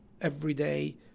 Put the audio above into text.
everyday